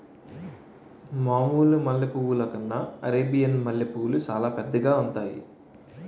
మామూలు మల్లె పువ్వుల కన్నా అరేబియన్ మల్లెపూలు సాలా పెద్దవిగా ఉంతాయి